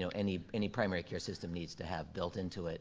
so any any primary care system needs to have built into it